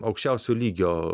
aukščiausio lygio